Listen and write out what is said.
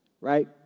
right